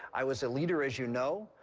i was a leader, as you know,